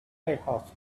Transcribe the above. warehouse